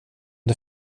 det